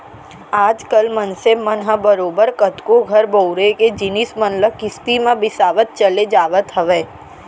आज कल मनसे मन ह बरोबर कतको घर बउरे के जिनिस मन ल किस्ती म बिसावत चले जावत हवय